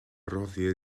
roddir